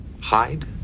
Hide